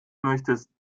möchtest